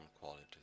qualities